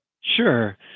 Sure